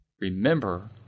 Remember